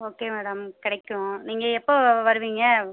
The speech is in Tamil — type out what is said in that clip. ஓகே மேடம் கிடைக்கும் நீங்கள் எப்போ வருவிங்க